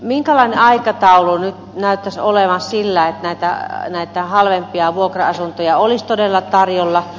minkälainen aikataulu nyt näyttäisi olevan sillä että näitä halvempia vuokra asuntoja olisi todella tarjolla